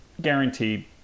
guaranteed